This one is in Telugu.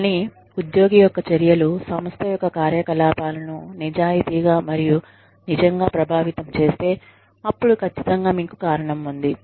కానీ ఉద్యోగి యొక్క చర్యలు సంస్థ యొక్క కార్యకలాపాలను నిజాయితీగా మరియు నిజంగా ప్రభావితం చేస్తే అప్పుడు ఖచ్చితంగా మీకు కారణం ఉంది